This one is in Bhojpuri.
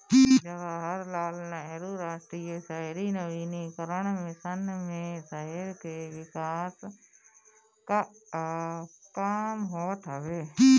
जवाहरलाल नेहरू राष्ट्रीय शहरी नवीनीकरण मिशन मे शहर के विकास कअ काम होत हवे